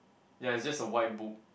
ya is just a white book